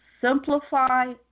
Simplify